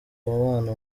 umubano